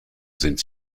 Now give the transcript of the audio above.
sind